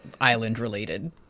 island-related